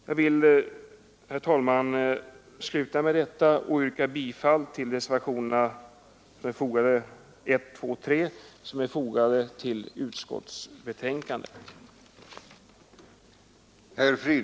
Jag vill, herr talman, sluta med detta och yrka bifall till reservationerna 1, 2 och 3 som är fogade till socialförsäkringsutskottets betänkande nr 7, p. 3.